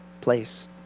place